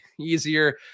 easier